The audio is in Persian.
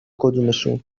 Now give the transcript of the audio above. کدومشون